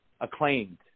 acclaimed